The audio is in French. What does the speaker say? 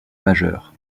majeur